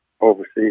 overseas